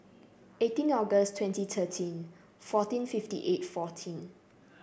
eighteenth August twenty thirteen fourteen fifty eight fourteen